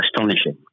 astonishing